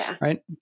Right